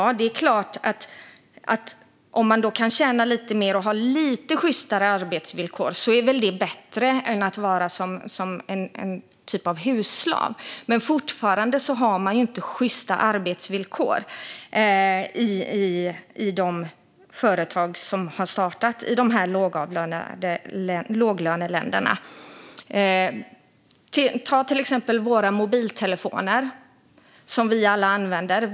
Det är klart att om man kan tjäna lite mer och ha sjystare arbetsvillkor är väl det bättre än att vara någon typ av husslav, men det är fortfarande inte sjysta arbetsvillkor i de företag som har startats i låglöneländerna. Ta till exempel våra mobiltelefoner, som vi alla använder.